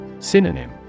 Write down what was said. Synonym